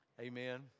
Amen